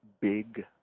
big